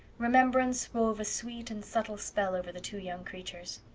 remembrance wove a sweet and subtle spell over the two young creatures.